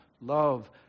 love